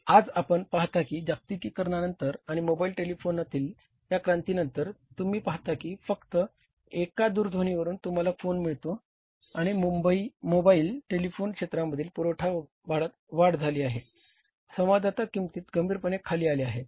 आज आपण पाहता की जागतिकीकरणानंतर आणि मोबाईल टेलिफोनीतील या क्रांतीनंतर तुम्ही पाहता की फक्त एका दूरध्वनीवरून तुम्हाला फोन मिळतो आणि मोबाइल टेलिफोन क्षेत्रामधील पुरवठ्यात वाढ झाल्यामुळेच संवादाच्या किंमती गंभीरपणे खाली आल्या आहेत